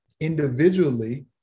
Individually